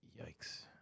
yikes